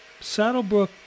Saddlebrook